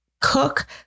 cook